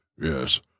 Yes